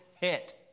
hit